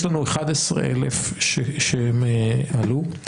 יש לנו 11,000 שהם עלו,